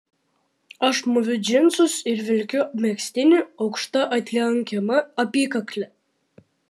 aš mūviu džinsus ir vilkiu megztinį aukšta atlenkiama apykakle